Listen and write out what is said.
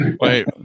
Wait